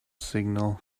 signal